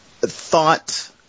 thought